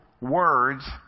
words